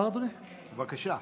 בבקשה.